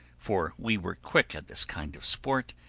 for we were quick at this kind of sport,